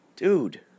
Dude